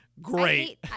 Great